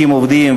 50 עובדים,